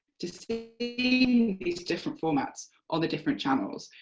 to seeing these different formats on the different channels,